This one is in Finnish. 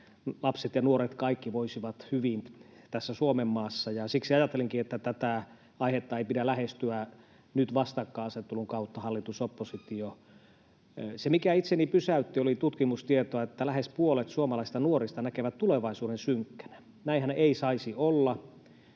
lapset ja nuoret kaikki voisivat hyvin tässä Suomenmaassa. Siksi ajattelenkin, että tätä aihetta ei pidä lähestyä nyt hallitus—oppositio-vastakkainasettelun kautta. Se, mikä itseni pysäytti, oli tutkimustieto, että lähes puolet suomalaisista nuorista näkee tulevaisuuden synkkänä. Näinhän ei saisi olla.